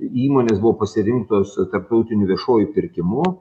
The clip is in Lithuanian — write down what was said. įmonės buvo pasirinktos tarptautiniu viešuoju pirkimu